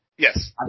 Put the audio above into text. Yes